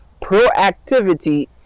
Proactivity